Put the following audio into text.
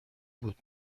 بود